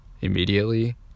immediately